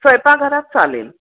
स्वयंपाकघरात चालेल